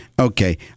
Okay